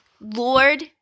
Lord